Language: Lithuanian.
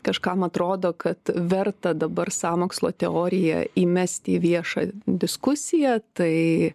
kažkam atrodo kad verta dabar sąmokslo teoriją įmest į viešą diskusiją tai